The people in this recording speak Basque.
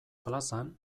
plazan